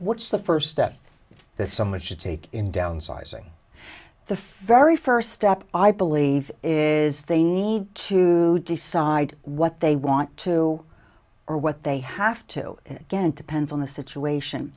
what's the first step that someone should take in downsizing the very first step i believe is they need to decide what they want to or what they have to get into pen's on the situation